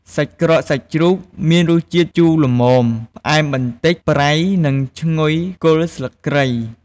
សាច់ក្រកសាច់ជ្រូក មានរសជាតិជូរល្មម ផ្អែមបន្តិច ប្រៃ និងឈ្ងុយគល់ស្លឹកគ្រៃ។